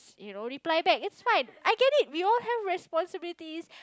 you know reply back it's fine I get it we all have responsibilities